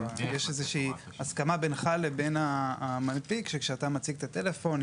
יש איזו שהיא הסכמה בינך לבין המנפיק שכשאתה מציג את הטלפון,